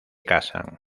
casan